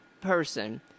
person